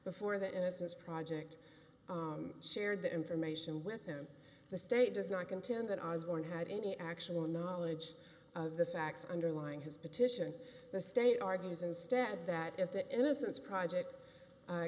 before the innocence project shared the information with him the state does not contend that osborne had any actual knowledge of the facts underlying his petition the state argues instead that if the innocence project